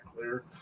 clear